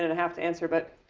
and a half to answer. but,